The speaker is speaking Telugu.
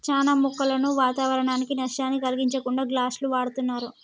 చానా మొక్కలను వాతావరనానికి నష్టాన్ని కలిగించకుండా గ్లాస్ను వాడుతున్నరు